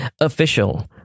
official